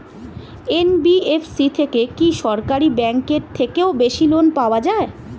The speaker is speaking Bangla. এন.বি.এফ.সি থেকে কি সরকারি ব্যাংক এর থেকেও বেশি লোন পাওয়া যায়?